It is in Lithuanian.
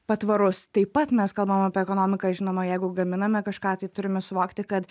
patvarus taip pat mes kalbam apie ekonomiką žinoma jeigu gaminame kažką tai turime suvokti kad